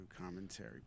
commentary